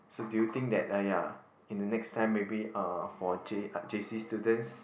so do you think that uh ya in the next time maybe uh for J uh j_c students